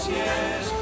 yes